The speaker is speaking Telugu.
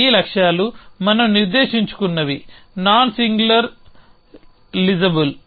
ఈ లక్ష్యాలు మనం నిర్దేశించుకున్నవి నాన్సింగులర్ లిసబుల్